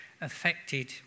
affected